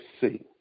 see